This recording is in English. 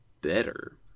better